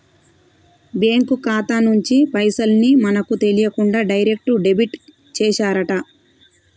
bank ఖాతా నుంచి పైసల్ ని మనకు తెలియకుండా డైరెక్ట్ డెబిట్ చేశారట